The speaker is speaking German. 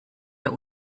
der